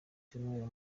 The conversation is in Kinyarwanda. cyumweru